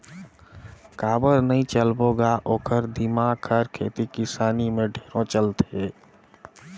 काबर नई चलबो ग ओखर दिमाक हर खेती किसानी में ढेरे चलथे